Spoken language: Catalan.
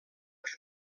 que